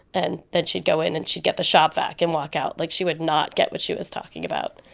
and then she'd go in, and she'd get the shop-vac and walk out. like, she would not get what she was talking about.